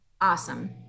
awesome